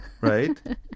right